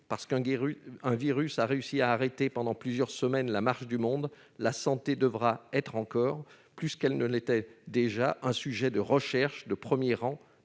parce qu'un virus a réussi à arrêter pendant plusieurs semaines la marche du monde, la santé devra être, encore plus qu'elle ne l'est déjà, un sujet de recherche de premier rang